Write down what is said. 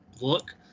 look